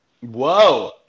Whoa